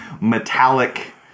metallic